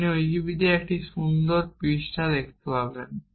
আপনি উইকিপিডিয়ায় একটি খুব সুন্দর পৃষ্ঠা পাবেন